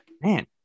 Man